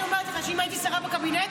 אני אומרת לך שאם הייתי שרה בקבינט,